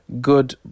good